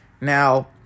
Now